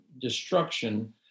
destruction